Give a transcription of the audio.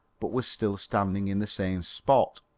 but was still standing in the same spot,